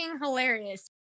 hilarious